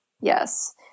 Yes